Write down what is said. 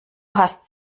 hast